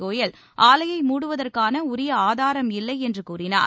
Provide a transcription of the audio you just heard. கோயல் ஆலையை மூடுவதற்கான உரிய ஆதாரம் இல்லை என்று கூறினார்